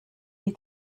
you